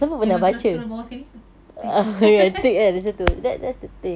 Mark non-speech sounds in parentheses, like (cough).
memang terus scroll bawah sekali tick (laughs)